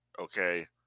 okay